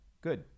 good